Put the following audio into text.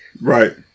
Right